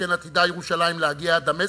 שכן עתידה ירושלים להגיע עד דמשק,